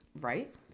Right